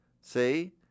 See